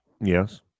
Yes